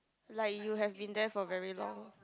like you have been there for very long